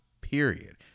period